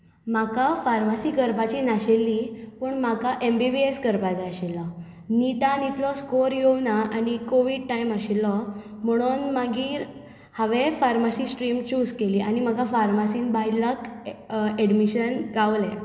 म्हाका फार्मासी करपाची नाशिल्ली पूण म्हाका एम बी बी एस करपा जाय आशिल्लो निटान इतलो स्कोर येवं ना आनी कोवीड टायम आशिल्लो म्हुणोन मागीर हांवें फार्मासी श्ट्रीम चूज केली आनी म्हाका फार्मासीन बाय लक एडमिशन गावलें